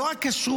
לא רק כשרות,